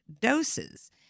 doses